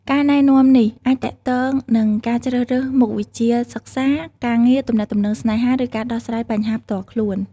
ការណែនាំនេះអាចទាក់ទងនឹងការជ្រើសរើសមុខវិជ្ជាសិក្សា ការងារ ទំនាក់ទំនងស្នេហា ឬការដោះស្រាយបញ្ហាផ្ទាល់ខ្លួន។